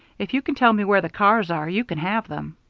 if you can tell me where the cars are, you can have them.